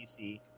PC